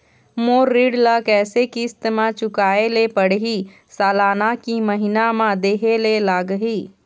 मोर ऋण ला कैसे किस्त म चुकाए ले पढ़िही, सालाना की महीना मा देहे ले लागही?